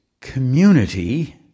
community